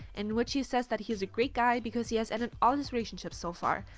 in which he says that he is a great guy because he has ended all his relationships so far.